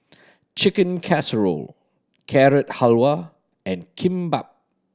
Chicken Casserole Carrot Halwa and Kimbap